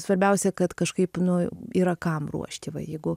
svarbiausia kad kažkaip nu yra kam ruošti va jeigu